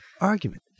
argument